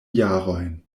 jarojn